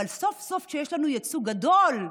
אבל סוף-סוף כשיש לנו ייצוג גדול,